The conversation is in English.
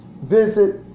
visit